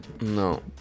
no